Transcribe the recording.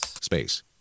Space